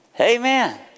Amen